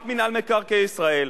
רק מינהל מקרקעי ישראל,